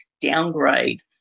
downgrade